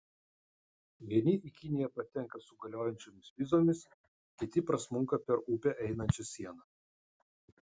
vieni į kiniją patenka su galiojančiomis vizomis kiti prasmunka per upę einančią sieną